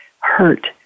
hurt